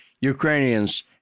Ukrainians